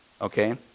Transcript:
Okay